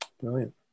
Brilliant